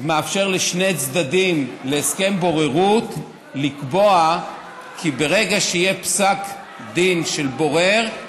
מאפשר לשני צדדים להסכם בוררות לקבוע כי ברגע שיהיה פסק דין של בורר,